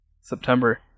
September